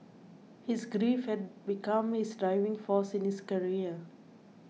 his grief had become his driving force in his career